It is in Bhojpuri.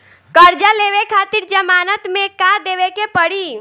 कर्जा लेवे खातिर जमानत मे का देवे के पड़ी?